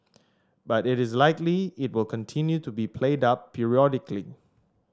but it is likely it will continue to be played up periodically